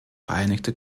vereinigte